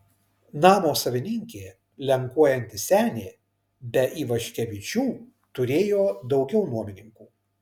namo savininkė lenkuojanti senė be ivaškevičių turėjo daugiau nuomininkų